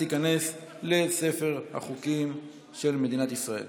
ותיכנס לספר החוקים של מדינת ישראל.